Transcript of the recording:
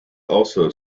also